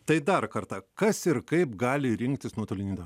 tai dar kartą kas ir kaip gali rinktis nuotolinį darbą